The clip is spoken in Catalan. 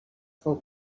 fou